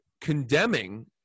condemning